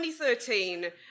2013